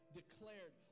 declared